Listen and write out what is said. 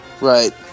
Right